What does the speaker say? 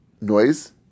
noise